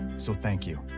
so. thank you.